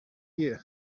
year